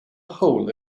hole